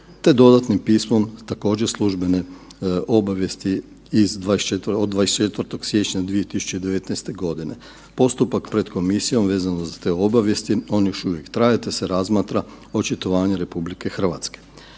te dodatnim Pismom, također, službene obavijesti od 24. siječnja 2019. g. Postupak pred Komisijom vezano za te obavijesti, on još uvijek traje te se razmatra očitovanje RH. Radi provedbe